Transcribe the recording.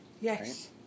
Yes